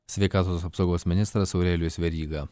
sveikatos apsaugos ministras aurelijus veryga